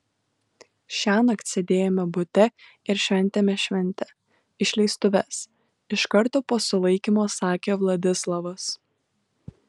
šiąnakt sėdėjome bute ir šventėme šventę išleistuves iš karto po sulaikymo sakė vladislavas